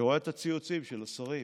אני רואה את הציוצים של השרים.